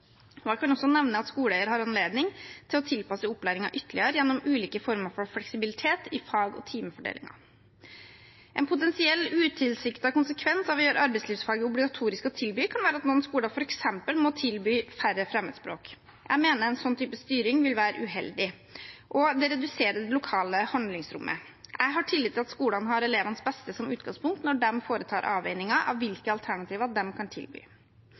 Jeg kan også nevne at skoleeier har anledning til å tilpasse opplæringen ytterligere gjennom ulike former for fleksibilitet i fag- og timefordelingen. En potensielt utilsiktet konsekvens av å gjøre arbeidslivsfaget obligatorisk å tilby kan være at noen skoler f.eks. må tilby færre fremmedspråk. Jeg mener en sånn type styring vil være uheldig, og det reduserer det lokale handlingsrommet. Jeg har tillit til at skolene har elevenes beste som utgangspunkt når de foretar avveininger av hvilke alternativer de kan tilby.